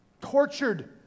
tortured